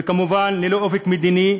וכמובן ללא אופק מדיני,